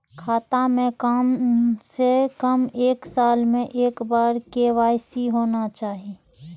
खाता में काम से कम एक साल में एक बार के.वाई.सी होना चाहि?